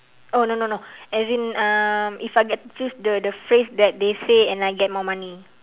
oh no no no as in um if I get to choose the the phrase that they say and I get more money